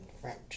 French